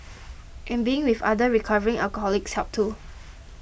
in being with other recovering alcoholics helped too